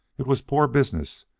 it was poor business,